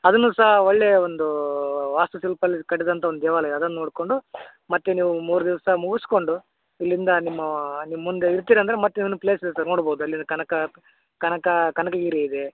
ಅದನ್ನೂ ಸಹ ಒಳ್ಳೆಯ ಒಂದು ವಾಸ್ತುಶಿಲ್ಪದಲ್ಲಿ ಕಟ್ಟಿದಂಥ ಒಂದು ದೇವಾಲಯ ಅದನ್ನು ನೋಡಿಕೊಂಡು ಮತ್ತು ನೀವು ಮೂರು ದಿವಸ ಮುಗಿಸ್ಕೊಂಡು ಇಲ್ಲಿಂದ ನಿಮ್ಮ ನಿಮ್ಮ ಮುಂದೆ ಇರ್ತೀರಂದ್ರೆ ಮತ್ತೆ ಇನ್ನೂ ಪ್ಲೇಸ್ ಇರುತ್ತೆ ನೋಡ್ಬೋದು ಅಲ್ಲಿಂದ ಕನಕ ಕನಕ ಕನಕಗಿರಿ ಇದೆ